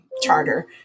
charter